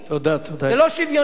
זה לא שוויוני.